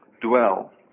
dwell